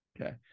Okay